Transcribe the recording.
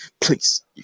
Please